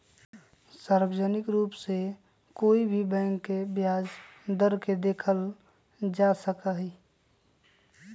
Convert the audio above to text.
सार्वजनिक रूप से कोई भी बैंक के ब्याज दर के देखल जा सका हई